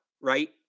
right